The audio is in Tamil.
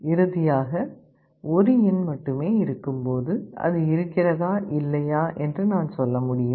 இறுதியாக 1 எண் மட்டுமே இருக்கும்போது அது இருக்கிறதா இல்லையா என்று நான் சொல்ல முடியும்